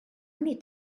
many